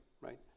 right